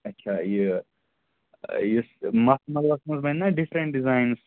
اَچھا یہِ یُس مخملَس منٛز بَنہِ نا ڈِفرَنٛٹ ڈِزایِن